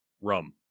rum